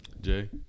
Jay